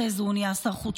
אחרי זה הוא נהיה שר חוץ,